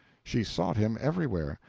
she sought him everywhere,